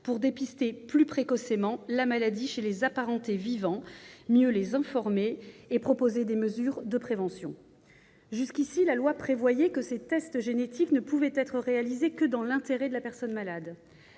pour dépister plus précocement la maladie chez les apparentés vivants, mieux les informer et proposer des mesures de prévention. Jusqu'à présent, la loi prévoyait que ces tests génétiques ne pouvaient être réalisés que dans l'intérêt de la personne malade.